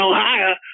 Ohio